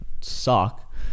suck